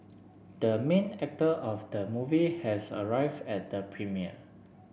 the main actor of the movie has arrived at the premiere